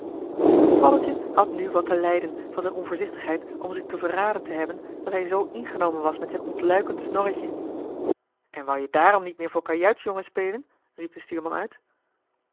paddeltje had nu wat te lijden van zijn onvoorzichtigheid om zich te verraden te hebben dat hij zoo ingenomen was met zijn ontluikend snorretje en wou je daarom niet meer voor kajuitsjongen spelen riep de stuurman uit